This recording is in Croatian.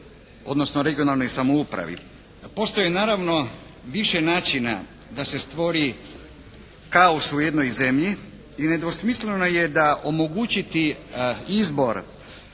odnosno regionalnoj samoupravi. Postoji naravno više načina da se stvori kaos u jednoj zemlji i nedvosmisleno je da omogućiti izbor